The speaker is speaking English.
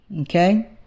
Okay